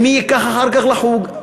ומי ייקח אחר כך לחוג.